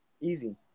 Easy